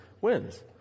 wins